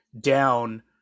down